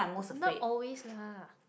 not always lah